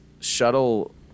shuttle